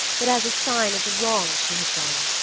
but as a sign of the wrong she had done.